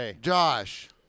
Josh